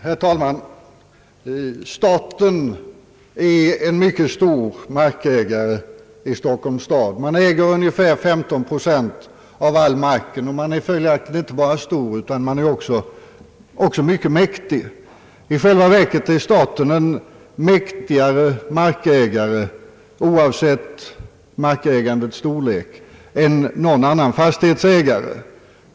Herr talman! Staten är en mycket stor markägare i Stockholms stad. Staten äger ungefär 15 procent av all mark här och är följaktligen inte bara stor utan också mycket mäktig. I själva verket är staten en mäktigare markägare, oavsett markägandets storlek, än någon annan fastighetsägare.